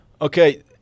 Okay